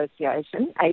Association